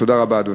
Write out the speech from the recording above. תודה רבה, אדוני.